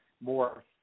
more